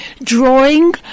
drawing